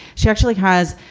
she actually has,